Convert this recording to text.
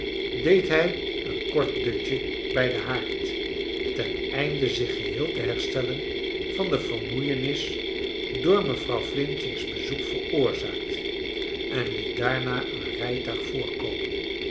deed hij een kort dutje bij den haard ten einde zich geheel te herstellen van de vermoeienis door mevrouw flinching's bezoek veroorzaakt en liet daarna een rijtuig voor